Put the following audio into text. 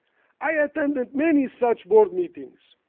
i attended many such board meetings,